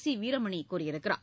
C Veeramani கூறியிருக்கிறார்